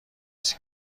است